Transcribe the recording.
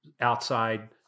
outside